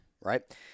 right